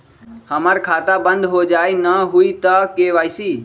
हमर खाता बंद होजाई न हुई त के.वाई.सी?